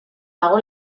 dago